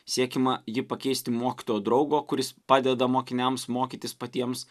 siekiama jį pakeisti mokytojo draugo kuris padeda mokiniams mokytis patiems